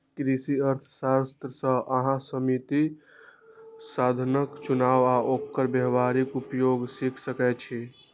कृषि अर्थशास्त्र सं अहां सीमित साधनक चुनाव आ ओकर व्यावहारिक उपयोग सीख सकै छी